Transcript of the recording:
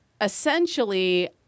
essentially